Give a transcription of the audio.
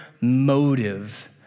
motive